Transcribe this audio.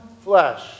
flesh